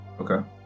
Okay